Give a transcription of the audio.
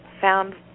found